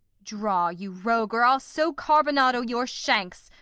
draw, you rogue, or i'll so carbonado your shanks!